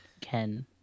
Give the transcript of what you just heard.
Ken